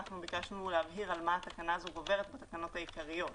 אנחנו ביקשנו להבהיר על מה התקנה הזו גוברת בתקנות העיקריות.